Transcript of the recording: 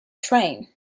train